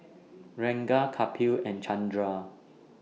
Ranga Kapil and Chandra